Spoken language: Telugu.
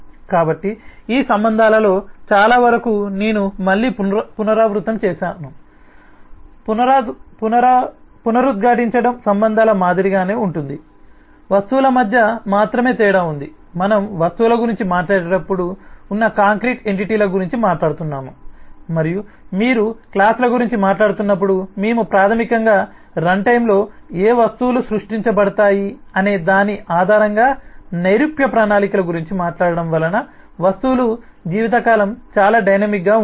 కాబట్టి ఈ సంబంధాలలో చాలావరకు నేను మళ్ళీ పునరావృతం చేస్తాను పునరుద్ఘాటించడం సంబంధాల మాదిరిగానే ఉంటుంది వస్తువుల మధ్య మాత్రమే తేడా ఉంది మనం వస్తువుల గురించి మాట్లాడేటప్పుడు ఉన్న కాంక్రీట్ ఎంటిటీల గురించి మాట్లాడుతున్నాము మరియు మీరు క్లాస్ ల గురించి మాట్లాడుతున్నప్పుడు మేము ప్రాథమికంగా రన్టైమ్లో ఏ వస్తువులు సృష్టించబడతాయి అనే దాని ఆధారంగా నైరూప్య ప్రణాళికల గురించి మాట్లాడటం వలన వస్తువులు జీవితకాలం చాలా డైనమిక్గా ఉంటాయి